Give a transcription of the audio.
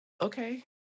Okay